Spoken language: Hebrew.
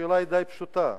השאלה די פשוטה,